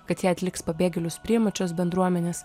kad ją atliks pabėgėlius priimančios bendruomenės